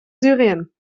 syrien